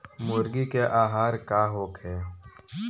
मुर्गी के आहार का होखे?